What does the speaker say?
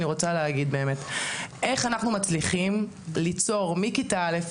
איך אנחנו מצליחים ליצור מכיתה א',